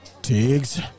Tiggs